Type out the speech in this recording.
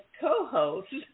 co-host